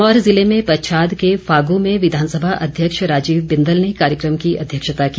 सिरमौर जिले में पच्छाद के फागू में विघानसभा अध्यक्ष राजीव बिदंल ने कार्यक्रम की अध्यक्षता की